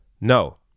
No